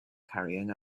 carrying